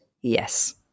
yes